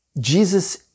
Jesus